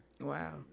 Wow